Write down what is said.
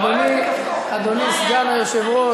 אדוני סגן היושב-ראש,